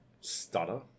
stutter